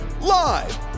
live